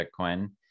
Bitcoin